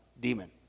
demon